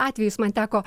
atvejus man teko